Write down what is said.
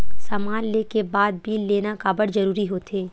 समान ले के बाद बिल लेना काबर जरूरी होथे?